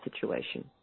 situation